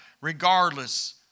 regardless